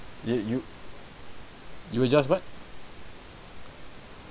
yeah you you will just what